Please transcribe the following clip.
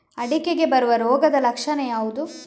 ಅಡಿಕೆಗೆ ಬರುವ ರೋಗದ ಲಕ್ಷಣ ಯಾವುದು?